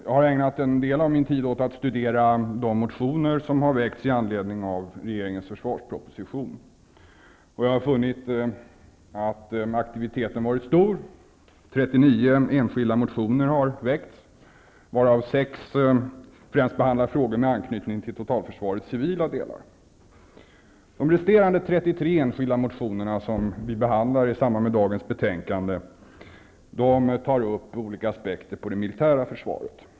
Jag har ägnat en del av min tid åt att studera de motioner som väckts i anledning av regeringens försvarsproposition. Jag har funnit att aktiviteten varit stor. 39 enskilda motioner har väckts, varav 6 främst behandlar frågor med anknytning till totalförsvarets civila delar. De resterande 33 som vi behandlar i samband med dagens betänkande tar upp olika aspekter på det militära försvaret.